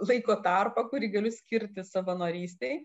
laiko tarpą kurį galiu skirti savanorystei